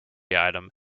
item